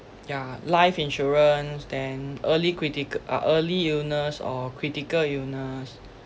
yeah life insurance then early critic~ uh early illness or critical illness